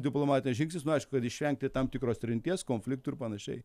diplomatis žingsnis nu aišku kad išvengti tam tikros trinties konfliktų ir panašiai